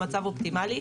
במצב האופטימלי,